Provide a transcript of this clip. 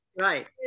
right